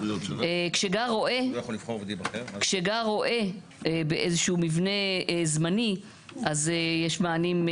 כשרועה גר באיזשהו מבנה זמני יש מענים,